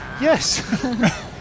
yes